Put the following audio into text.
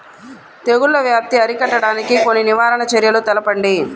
తెగుళ్ల వ్యాప్తి అరికట్టడానికి కొన్ని నివారణ చర్యలు తెలుపండి?